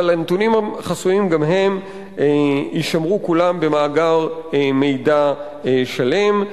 אבל הנתונים החסויים גם הם יישמרו כולם במאגר מידע שלם.